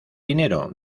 dinero